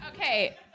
Okay